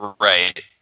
Right